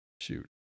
Shoot